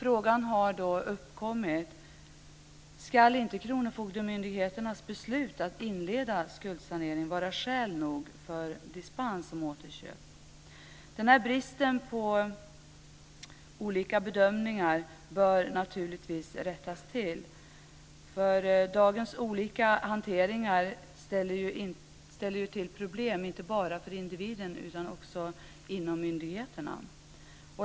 Då har frågan uppkommit om inte kronofogdemyndigheternas beslut att inleda skuldsanering ska vara skäl nog för dispens för återköp. Den här bristen på enhetliga bedömningar bör naturligtvis rättas till. Dagens olika hanteringar ställer ju till problem inte bara för individen utan också inom myndigheterna.